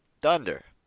thunder!